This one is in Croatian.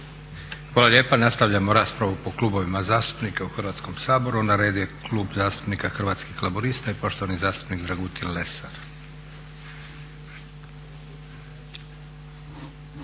Hvala lijepa. Nastavljamo raspravu po klubovima zastupnika u Hrvatskom saboru. Na redu je Klub zastupnika Hrvatskih laburista i poštovani zastupnik Dragutin Lesar.